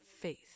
faith